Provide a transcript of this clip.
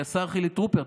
השר חילי טרופר,